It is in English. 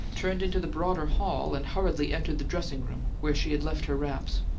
turned into the broader hall, and hurriedly entered the dressing-room where she had left her wraps.